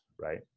right